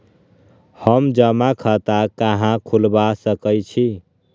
हम जमा खाता कहां खुलवा सकई छी?